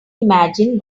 imagine